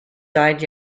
died